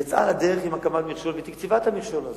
יצאה לדרך עם הקמת מכשול ותקצבה את המכשול הזה.